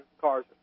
cars